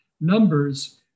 numbers